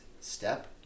step